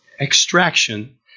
extraction